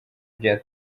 bya